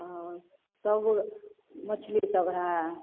हँ सब गो मछलिए सब है